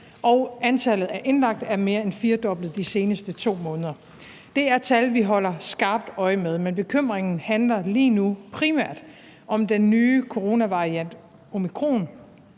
og antallet af indlagte er mere end firedoblet de seneste 2 måneder. Det er tal, vi holder skarpt øje med, men bekymringen handler lige nu primært om den nye coronavariant omikron,